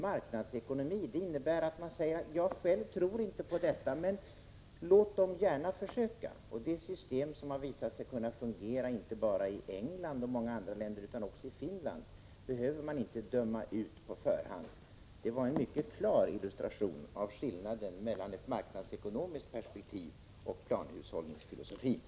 Marknadsekonomi innebär att man säger: Själv tror jag inte på detta, men låt gärna andra försöka. Det system som har visat sig kunna fungera inte bara i England och många andra länder utan också i Finland behöver man inte döma ut på förhand. Catarina Rönnungs uttalande var en mycket klar illustration av skillnaden mellan ett marknadsekonomiskt perspektiv och planhushållningsfilosofin.